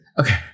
Okay